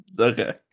Okay